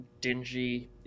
dingy